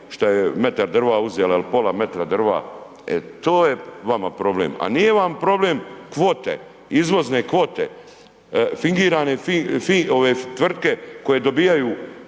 šta je metar drva ili pola metra drva uzela, e to je vama problem. A nije vam problem kvote, izvozne kvote, fingirane tvrtke koje dobivaju